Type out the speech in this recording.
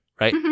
Right